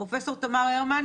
פרופ' תמר הרמן,